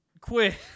Quit